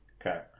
Okay